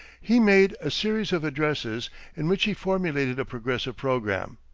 he made a series of addresses in which he formulated a progressive program.